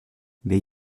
les